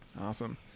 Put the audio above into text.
Awesome